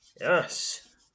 Yes